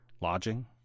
lodging